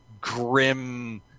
grim